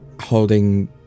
holding